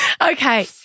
Okay